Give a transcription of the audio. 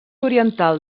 oriental